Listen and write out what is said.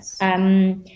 Yes